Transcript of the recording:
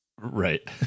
Right